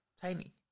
Tiny